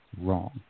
Wrong